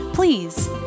Please